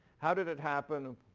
how did it happen?